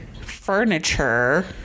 furniture